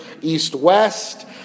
east-west